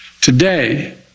Today